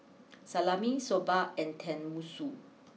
Salami Soba and Tenmusu